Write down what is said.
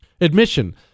Admission